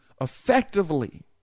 Effectively